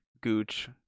gooch